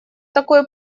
такой